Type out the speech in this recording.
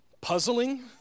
puzzling